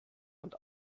und